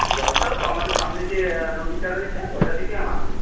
জল টল তো আমাদের সামনে যে নদীটা রয়েছে ওইটা থেকে আনা হবে